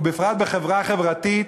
ובפרט בחברה חברתית,